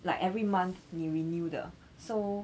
like every month we renew 的 so